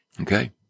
Okay